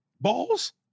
Balls